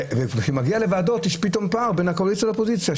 וכשזה מגיע לוועדות פתאום יש פער בין הקואליציה לבין האופוזיציה,